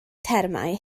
termau